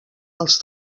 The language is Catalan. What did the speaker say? els